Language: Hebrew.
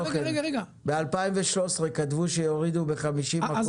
ב-2013 כתבו שיורידו ב-50%